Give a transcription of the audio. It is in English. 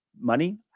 money